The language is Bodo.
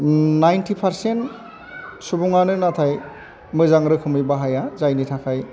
नाइनटि पारसेन्ट सुबुङानो नाथाय मोजां रोखोमै बाहाया जायनि थाखाय